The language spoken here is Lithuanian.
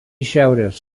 šiaurės